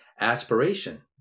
aspiration